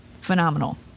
Phenomenal